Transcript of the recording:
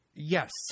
Yes